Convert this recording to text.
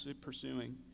pursuing